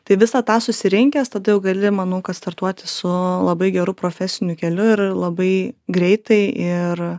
tai visą tą susirinkęs tada jau gali manau kad startuoti su labai geru profesiniu keliu ir labai greitai ir